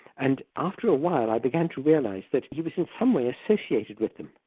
and after a while i began to realise that he was in some way associated with them.